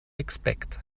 expect